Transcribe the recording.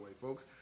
folks